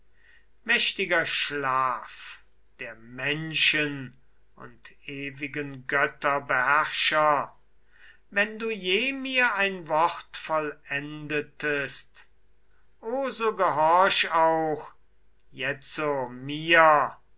mächtiger schlaf der menschen und ewigen götter beherrscher wenn du je mir ein wort vollendetest o so gehorch auch und der